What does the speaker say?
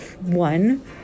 one